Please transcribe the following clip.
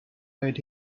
made